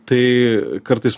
tai kartais